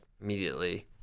immediately